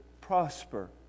prosper